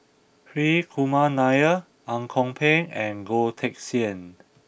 Hri Kumar Nair Ang Kok Peng and Goh Teck Sian